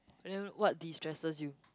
and then what destresses you